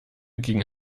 gegen